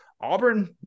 Auburn